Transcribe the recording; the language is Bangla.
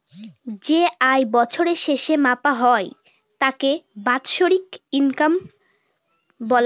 যে আয় বছরের শেষে মাপা হয় তাকে বলে বাৎসরিক ইনকাম